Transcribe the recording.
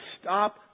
stop